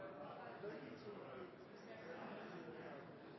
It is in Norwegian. det er et